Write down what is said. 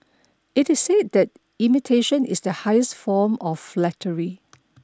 it is said that imitation is the highest form of flattery